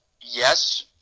Yes